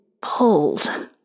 pulled